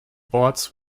boards